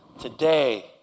Today